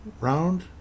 round